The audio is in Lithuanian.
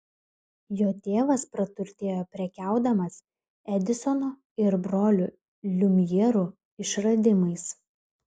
jo tėvas praturtėjo prekiaudamas edisono ir brolių liumjerų išradimais